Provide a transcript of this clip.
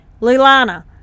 Lilana